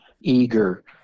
eager